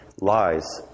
lies